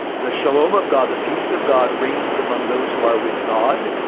the shalom of god, the peace of god, reigns among those who are with god.